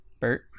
Bert